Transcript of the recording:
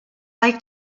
like